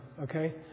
okay